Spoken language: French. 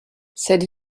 cette